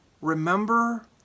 Remember